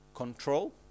Control